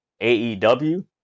AEW